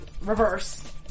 reverse